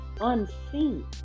unseen